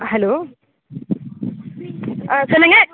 hello ஆ சொல்லுங்கள்